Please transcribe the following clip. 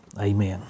Amen